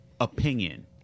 opinion